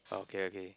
oh okay okay